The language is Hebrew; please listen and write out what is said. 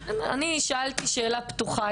אני שאלתי את המנכ"ל שאלה פתוחה.